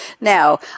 Now